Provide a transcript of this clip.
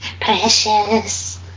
precious